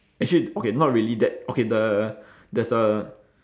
actually okay not really that okay the there's a